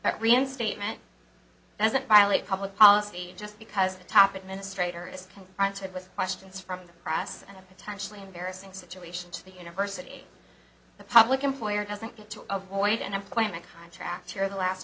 that reinstatement doesn't violate public policy just because the top administrator is confronted with questions from the press and a potentially embarrassing situation to the university the public employee doesn't get to avoid an employment contract where the last